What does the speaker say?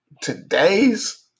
Today's